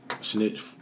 snitch